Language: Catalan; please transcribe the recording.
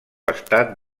estat